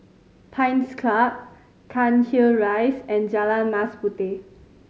Pines Club Cairnhill Rise and Jalan Mas Puteh